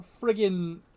friggin